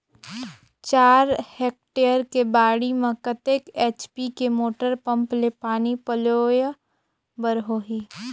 चार हेक्टेयर के बाड़ी म कतेक एच.पी के मोटर पम्म ले पानी पलोय बर होही?